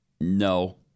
No